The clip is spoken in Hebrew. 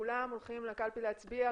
כולם הולכים לקלפי להצביע,